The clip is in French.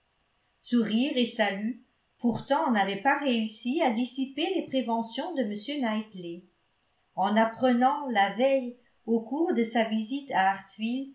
sourires et saluts pourtant n'avaient pas réussi à dissiper les préventions de m knightley en apprenant la veille au cours de sa visite à